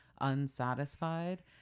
Unsatisfied